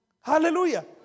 Hallelujah